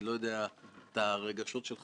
ובכל פעם אמרנו שלא נספיק לסיים את זה.